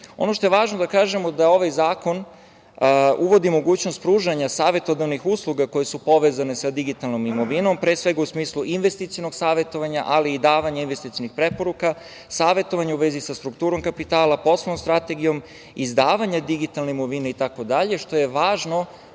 što je važno da kažemo, ovaj zakon uvodi mogućnost pružanja savetodavnih usluga koje su povezane sa digitalnom imovinom, pre svega, u smislu investicionog savetovanja, ali i davanja investicionih preporuka, savetovanje u vezi sa strukturom kapitala, poslovnom strategijom, izdavanja digitalne imovine i tako dalje, što je važno